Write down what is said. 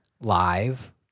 live